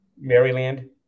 Maryland